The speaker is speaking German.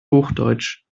hochdeutsch